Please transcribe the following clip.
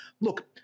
look